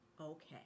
okay